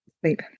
sleep